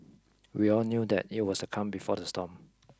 we all knew that it was the calm before the storm